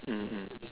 mmhmm